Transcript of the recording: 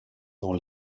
dans